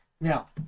Now